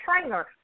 trainer